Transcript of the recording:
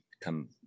come